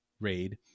RAID